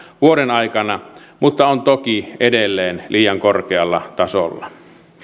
vuoden aikana mutta on toki edelleen liian korkealla tasolla